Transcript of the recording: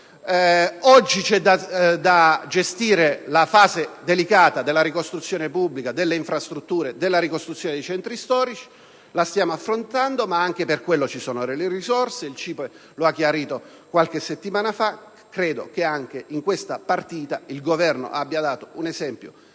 Oggi c'è da gestire la fase delicata della ricostruzione pubblica delle infrastrutture, dei centri storici. La stiamo affrontando, ma anche per tale fine ci sono delle risorse, come ha chiarito il CIPE qualche settimana fa. Credo che anche in questa partita il Governo abbia dato un esempio